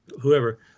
whoever